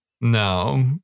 No